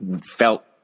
felt